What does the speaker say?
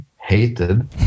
hated